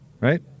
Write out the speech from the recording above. Right